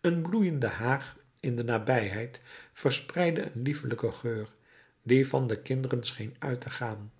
een bloeiende haag in de nabijheid verspreidde een liefelijken geur die van de kinderen scheen uit te gaan